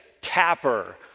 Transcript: tapper